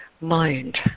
mind